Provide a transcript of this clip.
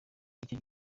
icyo